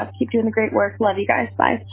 ah keep doing the great work. love you guys. bye